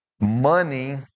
money